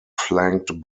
flanked